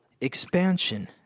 expansion